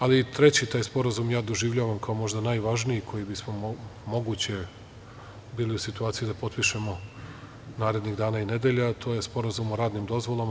Ali, treći taj sporazum ja doživljavam kao možda najvažniji koji je bismo, moguće bili u situaciji da potpišemo narednih dana i nedelja, a to je sporazum o radnim dozvolama.